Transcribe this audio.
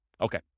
Okay